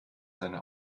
seine